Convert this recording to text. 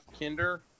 Kinder